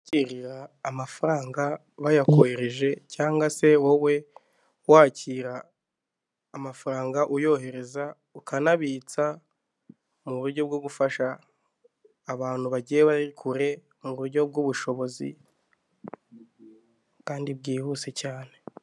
Amafaranga bayakohereje cyangwa se wowe wakira amafaranga uyohereza ,ukanabitsa mu buryo bwo gufasha abantu bagiye bari kure mu buryo bw'ubushobozi kandi bwihuse cyane.